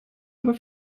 aber